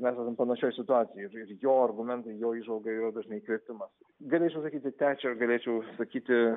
mes esam panašioj situacijoj ir ir jo argumentai jo įžvalga yra dažnai įkvėpimas galėčiau sakyti tečer galėčiau sakyti